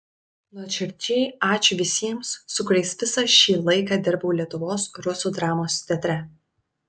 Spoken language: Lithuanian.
nuoširdžiai ačiū visiems su kuriais visą šį laiką dirbau lietuvos rusų dramos teatre